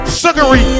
sugary